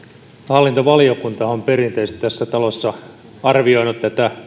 hallintovaliokunta on perinteisesti tässä talossa arvioinut